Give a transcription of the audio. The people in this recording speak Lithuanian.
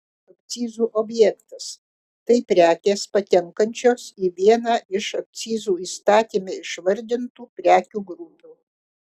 akcizų objektas tai prekės patenkančios į vieną iš akcizų įstatyme išvardintų prekių grupių